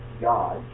God